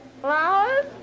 Flowers